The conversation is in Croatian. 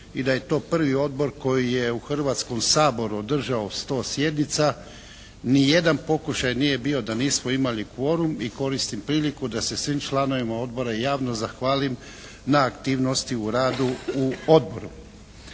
i da je to prvi odbor koji je u Hrvatskom saboru održao 100 sjednica. Ni jedan pokušaj nije bio da nismo imali kvorum i koristim priliku da se svim članovima Odbora javno zahvalim na aktivnosti u radu u odboru.